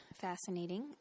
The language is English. fascinating